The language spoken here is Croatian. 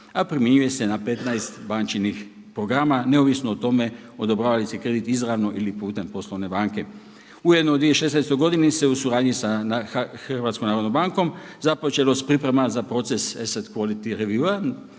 a primjenjuje se na 15 bančinig programa neovisno o tome odobrava li se kredit izravno ili putem poslovne banke. Ujedno u 2016. godini se u suradnji sa Hrvatskom narodnom bankom započelo s pripremama za proces …/Govornik govori